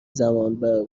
زمانبر